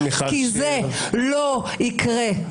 כי זה לא יקרה,